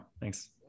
thanks